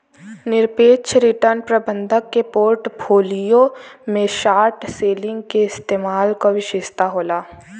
निरपेक्ष रिटर्न प्रबंधक के पोर्टफोलियो में शॉर्ट सेलिंग के इस्तेमाल क विशेषता होला